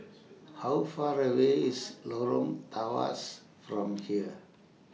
How Far away IS Lorong Tawas from here